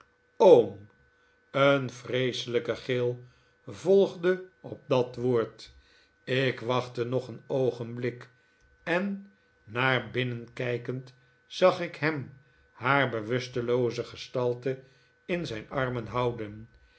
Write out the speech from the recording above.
oom een vreeselijke gil volgde op dat woord ik wachtte nog een oogenblik en naar binnen kijkend zag ik hem haar bewustelooze gestajte in zijn armen houden